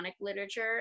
literature